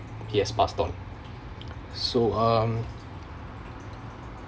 yes passed on so um